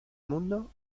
mundo